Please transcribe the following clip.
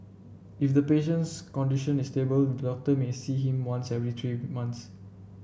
if the patient's condition is stable the doctor may see him once every three months